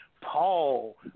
Paul